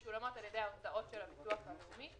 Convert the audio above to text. משולמות על-ידי ההוצאות של הביטוח הלאומי.